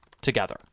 together